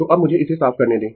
तो अब मुझे इसे साफ करने दें